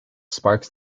sparks